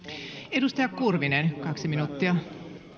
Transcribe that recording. edustaja kurvinen kaksi minuuttia